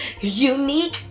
Unique